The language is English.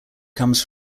comes